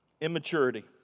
Immaturity